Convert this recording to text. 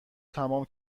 تمام